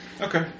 Okay